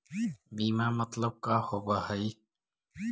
बीमा मतलब का होव हइ?